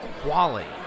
quality